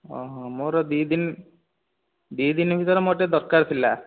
ମୋର ଦୁଇ ଦିନ୍ ଦୁଇ ଦିନ୍ ଭିତରେ ମୋର ଟିକିଏ ଦରକାର୍ ଥିଲା